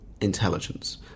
intelligence